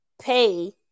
pay